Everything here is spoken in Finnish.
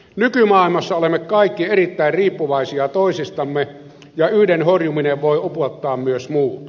nykymaailmassa olemme kaikki erittäin riippuvaisia toisistamme ja yhden horjuminen voi upottaa myös muut